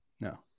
no